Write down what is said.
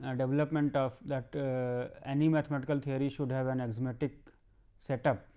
um development of that any mathematical theory should have an arithmetic setup,